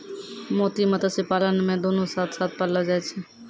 मोती मत्स्य पालन मे दुनु साथ साथ पाललो जाय छै